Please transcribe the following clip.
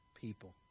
people